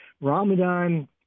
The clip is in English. Ramadan